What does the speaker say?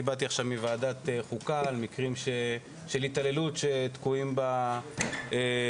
באתי עכשיו מוועדת החוקה על מקרים של התעללות שתקועים בפרקליטות,